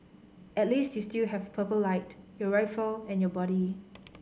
at least you still have Purple Light your rifle and your buddy